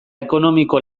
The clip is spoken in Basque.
ekonomiko